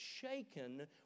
shaken